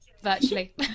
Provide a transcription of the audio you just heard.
virtually